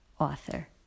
author